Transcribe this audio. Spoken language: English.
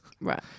Right